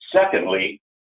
Secondly